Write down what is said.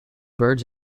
birds